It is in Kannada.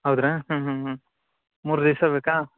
ಹೌದಾ ಹ್ಞೂ ಹ್ಞೂ ಹ್ಞೂ ಮೂರು ದಿವ್ಸ ಬೇಕಾ